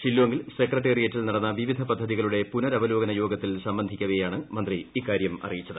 ഷ്ട്രില്ലോംഗിൽ സെക്രട്ടറിയേറ്റിൽ നടന്ന വിവിധ പദ്ധതികളുടെ ക്യുന്നരവലോകന യോഗത്തിൽ സംബന്ധിക്കവെയാണ് മന്ത്രി ഇക്കൂരൃം അറിയിച്ചത്